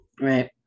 right